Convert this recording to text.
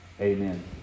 Amen